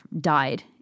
died